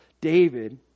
David